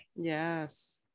yes